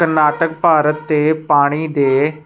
ਕਰਨਾਟਕ ਭਾਰਤ ਅਤੇ ਪਾਣੀ ਦੇ